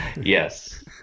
Yes